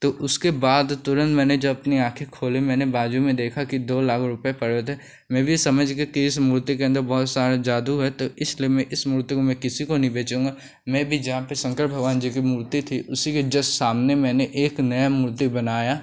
तो उसके बाद तुरन्त मैंने जो अपने आँखें खोलीं मैंने बाजू में देखा कि दो लाख रुपये पड़े हुए थे मैं भी समझ गया कि इस मूर्ति के अन्दर बहुत सारा जादू है तो इसलिए मैं इस मूर्ति को मैं किसी को नहीं बेचूँगा मैं भी जहाँ पर शंकर भगवान जी की मूर्ति थी उसी के जस्ट सामने मैंने एक नई मूर्ति बनाई